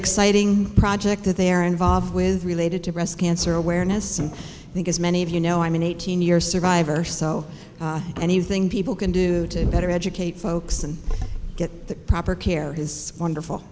exciting project that they're involved with related to breast cancer awareness and i think as many of you know i'm an eighteen year survivor so anything people can do to better educate folks and get the proper care has wonderful